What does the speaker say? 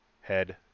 head